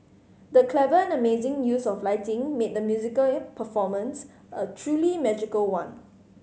the clever and amazing use of lighting made the musical performance a truly magical one